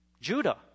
Judah